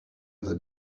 other